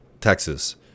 Texas